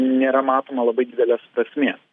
nėra matoma labai didelės prasmės